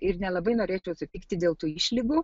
ir nelabai norėčiau sutikti dėl tų išlygų